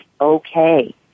okay